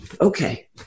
okay